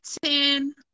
ten